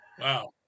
Wow